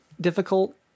difficult